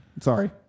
sorry